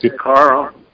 Carl